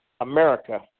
America